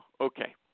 Okay